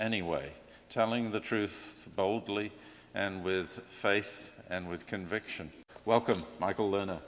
anyway telling the truth boldly and with face and with conviction welcome michael